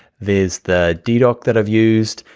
there's the didot that i've used,